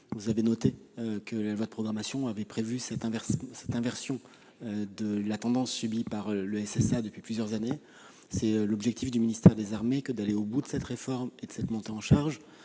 vous avez noté que la loi de programmation militaire avait prévu l'inversion de la tendance subie par le service depuis plusieurs années. L'objectif du ministère des armées est bien d'aller au bout de cette réforme et de cette montée en charge.